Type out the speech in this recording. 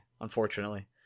unfortunately